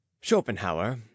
schopenhauer